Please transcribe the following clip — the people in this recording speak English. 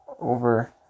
over